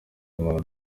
umuntu